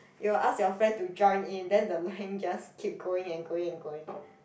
you'll ask your friend to join in then the line just keep going and going and going